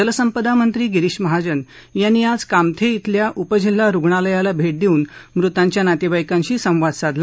जलसंपदा मंत्री गिरीश महाजन यांनी आज कामथे इथल्या उपजिल्हा रुग्णालयाला भे दिऊन मृतांच्या नातेवाईकांशी संवाद साधला